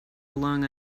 belong